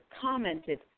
commented